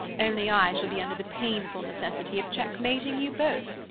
only i shall be under the painful necessity of checkmating you both,